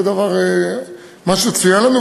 זה מה שצוין לנו.